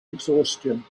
exhaustion